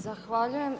Zahvaljujem.